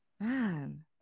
Man